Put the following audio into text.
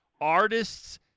artists